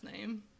name